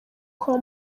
kwa